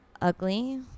ugly